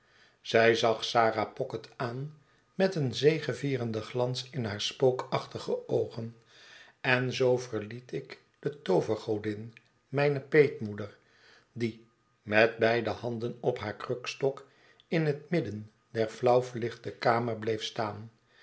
zij zag sarah pocket aan met een zegevierenden glans in hare spookachtige oogen en zoo verlietik de toovergodin mijne peetmoeder die met beide handen op haar krukstok in het midden der flauw verlichte kamer bleef staan